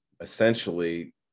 essentially